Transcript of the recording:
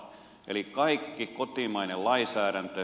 eli kaikki kotimainen lainsäädäntö